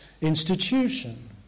institution